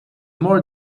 more